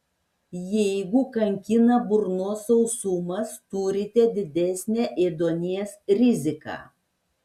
jeigu kankina burnos sausumas turite didesnę ėduonies riziką